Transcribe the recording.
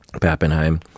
Pappenheim